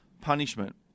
punishment